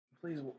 Please